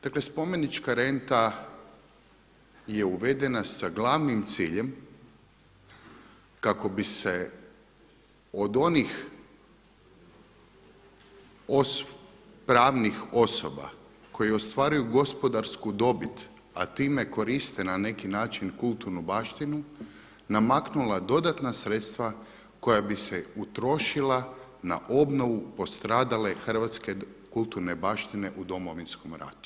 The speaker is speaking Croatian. Dakle, spomenička renta je uvedena sa glavnim ciljem kako bi se od onih pravnih osoba koji ostvaruju gospodarsku dobit, a time koriste na neki način kulturnu baštinu namaknula dodatna sredstva koja bi se utrošila na obnovu postradale Hrvatske kulturne baštine u Domovinskom ratu.